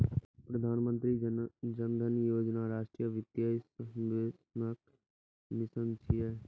प्रधानमंत्री जन धन योजना राष्ट्रीय वित्तीय समावेशनक मिशन छियै